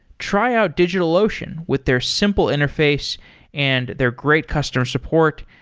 try out digitalocean with their simple interface and their great customer support.